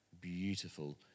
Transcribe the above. beautiful